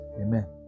Amen